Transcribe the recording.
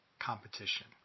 competition